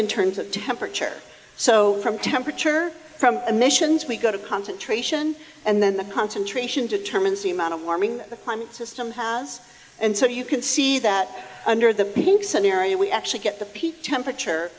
in terms of temperature so from temperature from emissions we go to concentration and then the concentration determines the amount of warming the climate system has and so you can see that under the pink scenario we actually get the peak temperature